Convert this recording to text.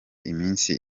iminsi